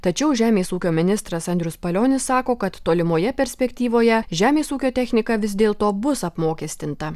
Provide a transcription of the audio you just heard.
tačiau žemės ūkio ministras andrius palionis sako kad tolimoje perspektyvoje žemės ūkio technika vis dėl to bus apmokestinta